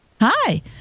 Hi